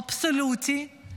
אבסולוטית,